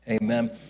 Amen